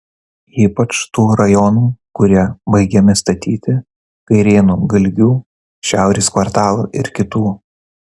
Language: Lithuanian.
ypač tų rajonų kurie baigiami statyti kairėnų galgių šiaurės kvartalo ir kitų